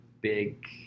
big